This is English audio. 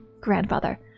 Grandfather